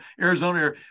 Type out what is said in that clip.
Arizona